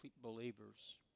believers